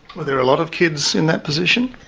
were there a lot of kids in that position?